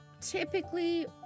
typically